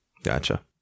Gotcha